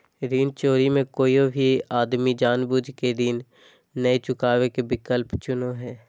ऋण चोरी मे कोय भी आदमी जानबूझ केऋण नय चुकावे के विकल्प चुनो हय